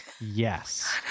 Yes